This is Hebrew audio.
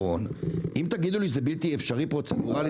אם תגידו לי שזה בלתי אפשרי פרוצדורלית,